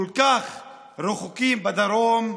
כל כך רחוקים בדרום,